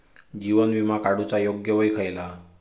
जीवन विमा काडूचा योग्य वय खयला?